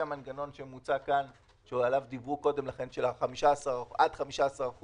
המנגנון שמוצע כאן שעליו דיברו קודם לכן שעד 15%